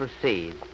proceed